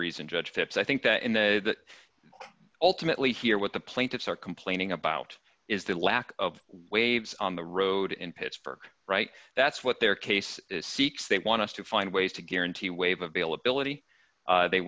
reason judgeships i think that in the ultimately here what the plaintiffs are complaining about is the lack of waves on the road in pittsburgh right that's what their case seeks they want us to find ways to guarantee wave availability they